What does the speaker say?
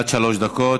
עד שלוש דקות.